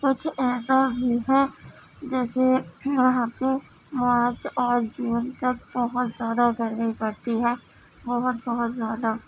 کچھ ایسا بھی ہے جیسے وہاں پہ وہاں پہ اور مطلب بہت زیادہ گرمی پڑتی ہے بہت بہت زیادہ